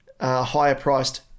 higher-priced